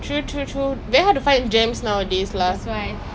ஐயோ ஏன்